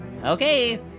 Okay